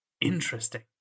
interesting